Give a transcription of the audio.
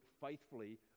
faithfully